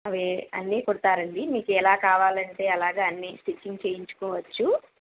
అవి అన్నీ కుడతారండి మీకు ఎలా కావాలంటే అలాగ అన్నీ స్టిచ్చింగ్ చేయించుకోవచ్చు